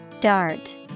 Dart